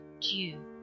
due